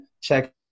Check